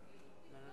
אין.